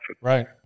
Right